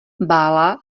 bála